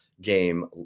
game